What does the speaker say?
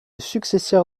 successeur